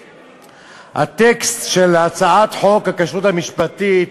הטקסט של הצעת חוק הכשרות המשפטית